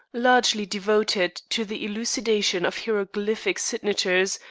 largely devoted to the elucidation of hieroglyphic signatures,